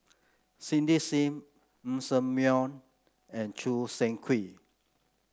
Cindy Sim Ng Ser Miang and Choo Seng Quee